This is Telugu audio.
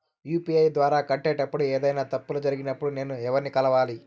యు.పి.ఐ ద్వారా కట్టేటప్పుడు ఏదైనా తప్పులు జరిగినప్పుడు నేను ఎవర్ని కలవాలి?